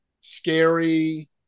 scary